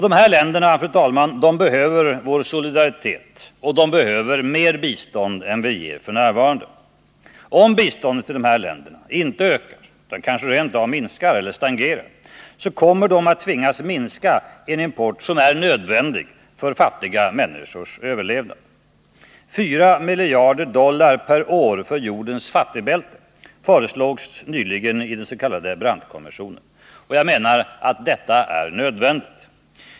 De här länderna behöver vår solidaritet och mer bistånd än vi ger f. n. Om biståndet till de här länderna inte ökar utan kanske rent av minskar eller stagnerar, så kommer de att tvingas minska en import som är nödvändig för fattiga människors överlevnad. 4 miljarder dollar per år för jordens fattigbälte föreslogs nyligen av dens.k. Brandtkommissionen. Jag menar att detta är nödvändigt.